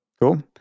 Cool